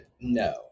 no